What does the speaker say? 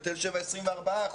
בתל שבע, 24 אחוזים.